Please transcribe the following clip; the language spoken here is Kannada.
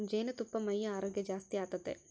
ಜೇನುತುಪ್ಪಾ ಮೈಯ ಆರೋಗ್ಯ ಜಾಸ್ತಿ ಆತತೆ